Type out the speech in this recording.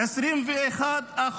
ל-21%,